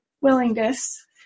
willingness